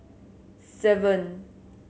seven